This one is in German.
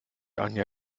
anja